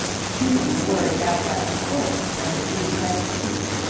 shooting the words out like bullets from between clenched teeth,